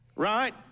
right